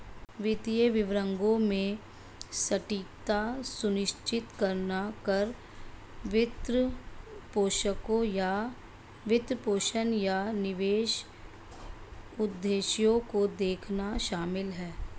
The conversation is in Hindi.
वित्तीय विवरणों में सटीकता सुनिश्चित करना कर, वित्तपोषण, या निवेश उद्देश्यों को देखना शामिल हैं